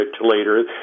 later